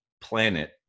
planet